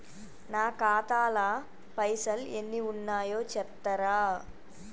నా ఖాతా లా పైసల్ ఎన్ని ఉన్నాయో చెప్తరా?